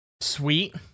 Sweet